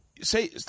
say